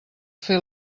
fer